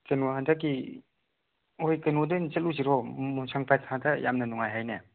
ꯀꯩꯅꯣ ꯍꯟꯗꯛꯀꯤ ꯃꯣꯏ ꯀꯩꯅꯣꯗ ꯑꯣꯏꯅ ꯆꯠꯂꯨꯁꯤꯔꯣ ꯃꯣꯟꯁꯥꯡꯇꯥꯠꯈꯥꯗ ꯌꯥꯝꯅ ꯅꯨꯡꯉꯥꯏ ꯍꯥꯏꯅꯦ